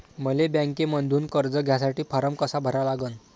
मले बँकेमंधून कर्ज घ्यासाठी फारम कसा भरा लागन?